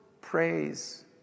praise